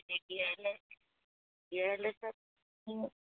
এতিয়া gearless gearless